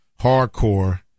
hardcore